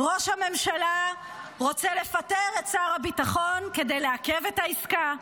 ראש הממשלה רוצה לפטר את שר הביטחון כדי לעכב את העסקה.